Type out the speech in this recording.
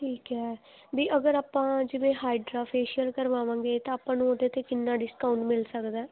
ਠੀਕ ਹੈ ਵੀ ਅਗਰ ਆਪਾਂ ਜਿਵੇਂ ਹਾਈਡਰਾ ਫੇਸ਼ੀਅਲ ਕਰਵਾਵਾਂਗੇ ਤਾਂ ਆਪਾਂ ਨੂੰ ਉਹਦੇ 'ਤੇ ਕਿੰਨਾ ਡਿਸਕਾਊਂਟ ਮਿਲ ਸਕਦਾ